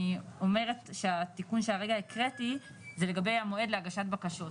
אני אומרת שהתיקון שהרגע הקראתי זה לגבי המועד להגשת בקשות.